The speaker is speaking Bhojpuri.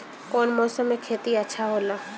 कौन मौसम मे खेती अच्छा होला?